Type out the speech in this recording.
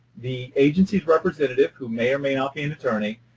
the agency's representative, who may or may not be an attorney,